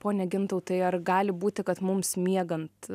pone gintautai ar gali būti kad mums miegant